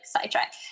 sidetrack